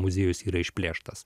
muziejus yra išplėštas